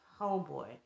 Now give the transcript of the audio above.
Homeboy